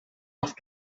have